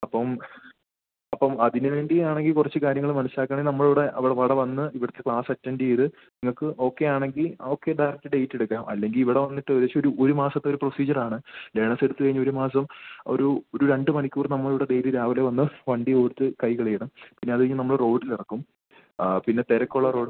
അപ്പം അപ്പം അതിന് വേണ്ടിയാണെങ്കിൽ കുറച്ച് കാര്യങ്ങൾ മനസ്സിലാക്കാണേൽ നമ്മളിവിടെ ഇവിടെ വന്ന് ഇവിടുത്തെ ക്ലാസ് അറ്റൻ്റ് ചെയ്ത് നിങ്ങൾക്ക് ഓക്കെയാണെങ്കിൽ ഓക്കെ ഡയറക്റ്റ് ഡേറ്റ് എടുക്കാം അല്ലെങ്കിൽ ഇവിടെ വന്നിട്ട് ഏകദേശം ഒരു ഒരു മാസത്തെ ഒരു പ്രൊസീജ്യറ് ആണ് ലേണേസ് എടുത്ത് കഴിഞ്ഞ് ഒരു മാസം ഒരു ഒരു രണ്ട് മണിക്കൂർ നമ്മൾ ഇവിടെ ഡെയ്ലി രാവിലെ വന്ന് വണ്ടിയോട്ത്ത് കൈ പിന്നെ അത് കഴിഞ്ഞ് നമ്മൾ റോട്ടിലിറക്കും ആ പിന്നെ തിരക്കുള്ള റോഡ്